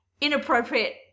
inappropriate